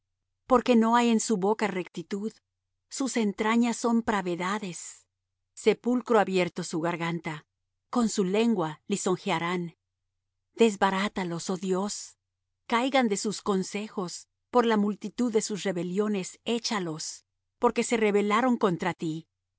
porque no hay en su boca rectitud sus entrañas son pravedades sepulcro abierto su garganta con su lengua lisonjearán desbarátalos oh dios caigan de sus consejos por la multitud de sus rebeliones échalos porque se rebelaron contra ti